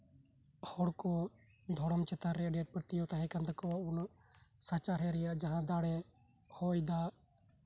ᱦᱚᱲᱠᱚ ᱫᱷᱚᱲᱚᱢ ᱪᱮᱛᱟᱱ ᱨᱮ ᱟᱹᱰᱤ ᱟᱸᱴ ᱯᱟᱹᱛᱭᱟᱹᱣ ᱛᱟᱦᱮᱸ ᱠᱟᱱ ᱛᱟᱠᱚᱣᱟ ᱩᱱᱟᱹᱜ ᱥᱟᱪᱟᱨᱦᱮ ᱨᱮᱭᱟᱜ ᱡᱟᱦᱟᱸ ᱫᱟᱲᱮ ᱦᱚᱭᱫᱟᱜ